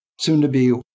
soon-to-be